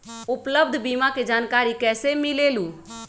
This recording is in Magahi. उपलब्ध बीमा के जानकारी कैसे मिलेलु?